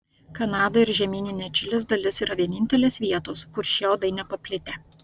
kanada ir žemyninė čilės dalis yra vienintelės vietos kur šie uodai nepaplitę